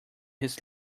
his